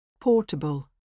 portable